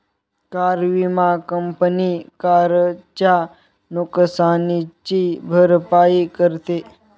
car विमा company कारच्या नुकसानीची भरपाई करते